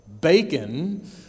bacon